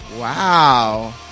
Wow